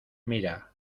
mira